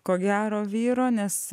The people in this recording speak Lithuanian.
ko gero vyro nes